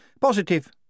Positive